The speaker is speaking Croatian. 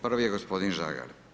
Prvi je gospodin Žagar.